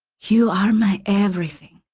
you are my everything.